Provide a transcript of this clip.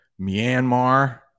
Myanmar